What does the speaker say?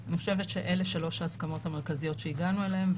אני חושבת שאלה שלוש ההסכמות המרכזיות שהגענו אליהן,